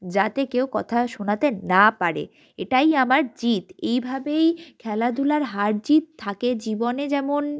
যাতে কেউ কথা শোনাতে না পারে এটাই আমার জেদ এইভাবেই খেলাধুলার হার জিত থাকে জীবনে যেমন